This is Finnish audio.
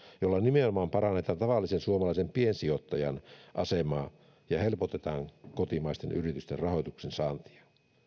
jolla nimenomaan parannetaan tavallisen suomalaisen piensijoittajan asemaa ja helpotetaan kotimaisten yritysten rahoituksen saantia